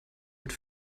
mit